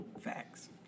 Facts